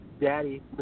Daddy